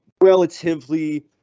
relatively